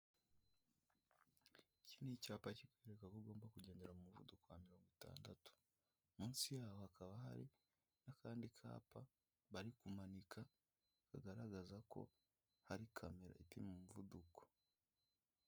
Iki ni icyapa kikwereka ko ugomba kugendera mu muvuduko wa mirongo itandatu, munsi yaho hakaba hari n'akandi kapa bari kumanika kagaragaza ko hari kamera ipima umuvuduko.